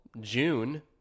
June